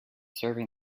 serving